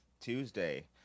Tuesday